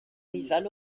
rival